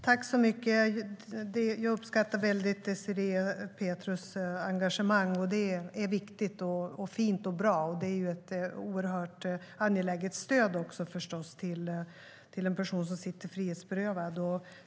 Herr talman! Jag uppskattar Désirée Pethrus engagemang väldigt mycket. Det är viktigt och fint och bra och förstås också ett oerhört angeläget stöd till en person som sitter frihetsberövad.